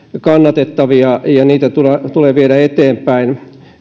kannatettavia ja niitä tulee viedä eteenpäin